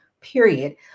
period